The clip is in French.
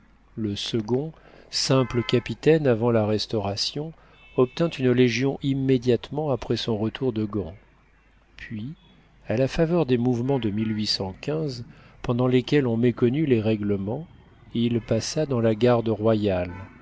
le second simple capitaine avant la restauration obtint une légion immédiatement après son retour de gand puis à la faveur des mouvements de pendant lesquels on méconnut les règlements il passa dans la garde royale